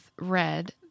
Red